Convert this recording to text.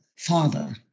father